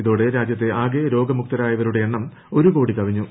ഇതോടെ രാജ്യത്തെ ആകെ രോഗമുക്തരായവരുടെ എണ്ണം ഒരു കോടി കവിഞ്ഞു